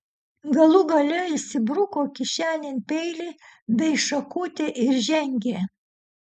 galų gale įsibruko kišenėn peilį bei šakutę ir žengė